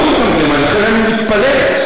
לא, אני לא מפקפק, לכן אני מתפלא.